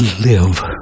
live